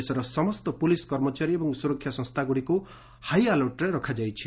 ଦେଶର ସମସ୍ତ ପ୍ରଲିସ୍ କର୍ମଚାରୀ ଏବଂ ସୁରକ୍ଷା ସଂସ୍ଥାଗୁଡ଼ିକୁ ହାଇଆଲର୍ଟରେ ରଖାଯାଇଛି